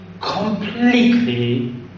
completely